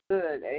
Good